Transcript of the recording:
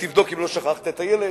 תבדוק אם לא שכחת את הילד,